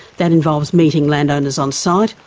that involves meeting landowners onsite,